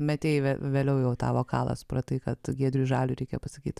metei vė vėliau jau tą vokalą supratai kad giedriui žaliui reikia pasakyti